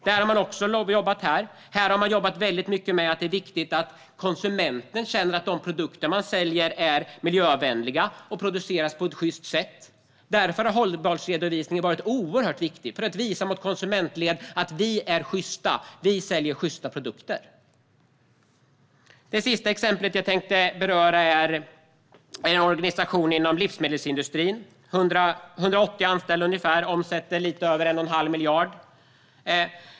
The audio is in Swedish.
Här har man även jobbat mycket med att konsumenten ska känna att de produkter företaget säljer är miljövänliga och att de produceras på ett sjyst sätt. Hållbarhetsredovisningen har här varit oerhört viktig för att gentemot konsumentledet visa att företaget är sjyst och säljer sjysta produkter. Mitt sista exempel gäller en organisation inom livsmedelsindustrin. Företaget har ungefär 180 anställda, och omsättningen ligger på lite över 1 1⁄2 miljard.